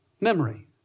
memory